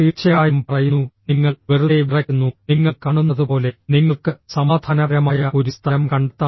തീർച്ചയായും പറയുന്നുഃ നിങ്ങൾ വെറുതേ വിറയ്ക്കുന്നു നിങ്ങൾ കാണുന്നതുപോലെ നിങ്ങൾക്ക് സമാധാനപരമായ ഒരു സ്ഥലം കണ്ടെത്താം